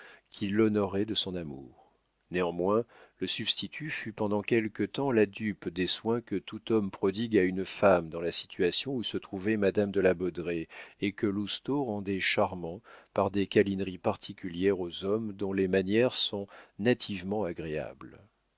qui l'honorait de son amour néanmoins le substitut fut pendant quelque temps la dupe des soins que tout homme prodigue à une femme dans la situation où se trouvait madame de la baudraye et que lousteau rendait charmants par des câlineries particulières aux hommes dont les manières sont nativement agréables